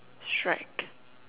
strike